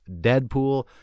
Deadpool